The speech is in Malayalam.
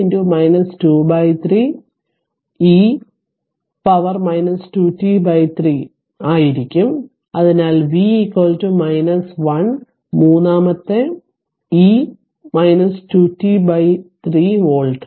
5 23 e 2 t 3 ആയിരിക്കും അതിനാൽ V 1 മൂന്നാമത്തെ e 2t3 വോൾട്ട്